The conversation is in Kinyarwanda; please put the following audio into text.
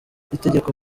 itegeko